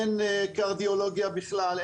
אין קרדיולוגיה בכלל,